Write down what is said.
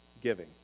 giving